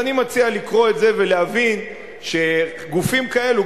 אז אני מציע לקרוא את זה ולהבין שגופים כאלו,